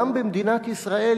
גם במדינת ישראל,